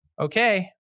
okay